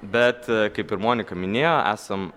bet kaip ir monika minėjo esam